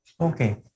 Okay